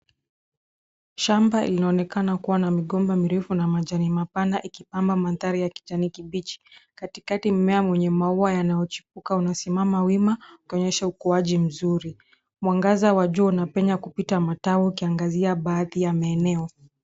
Shamba linaonekana kuwa na migomba mirefu na majani mapana ikipamba mandhari ya kijani kibichi. Katikati mmea mwenye maua yanayochipuka unasimama wima ukionyesha ukuwaji mzuri. Mwangaza wa jua unapenya kupita matawi ukiangazia baadhi ya maeneo.